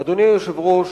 אדוני היושב-ראש,